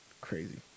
crazy